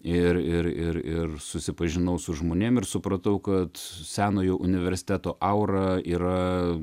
ir ir ir ir susipažinau su žmonėm ir supratau kad senojo universiteto aura yra